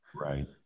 Right